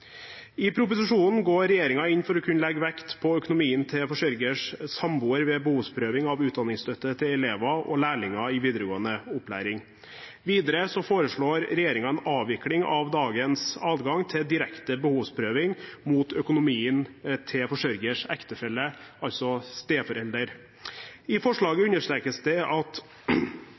I proposisjonen går regjeringen inn for å kunne legge vekt på økonomien til forsørgers samboer ved behovsprøving av utdanningsstøtte til elever og lærlinger i videregående opplæring. Videre foreslår regjeringen en avvikling av dagens adgang til direkte behovsprøving mot økonomien til forsørgers ektefelle, altså steforelder. I forslaget